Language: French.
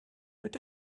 peut